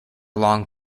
long